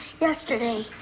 yesterday